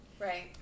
Right